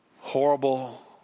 horrible